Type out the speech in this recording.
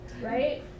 Right